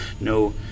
No